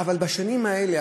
בשנים האלה,